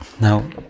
Now